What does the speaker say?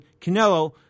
Canelo